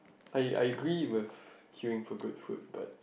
I I agree with queuing for good food but